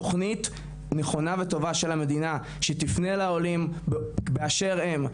תוכנית נכונה וטובה של המדינה שתפנה לעולים באשר הם,